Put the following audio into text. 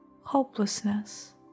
hopelessness